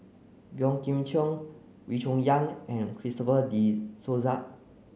Boey Kim Cheng Wee Cho Yaw and Christopher De Souza